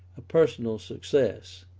a personal success.